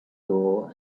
door